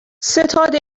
ستاد